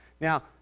Now